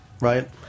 right